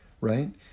right